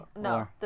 No